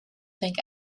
think